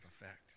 effect